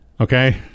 Okay